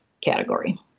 category